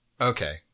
okay